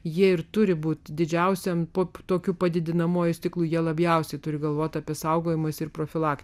jie ir turi būti didžiausiam po tokiu padidinamuoju stiklu jie labiausiai turi galvoti apie saugojimas ir profilaktikai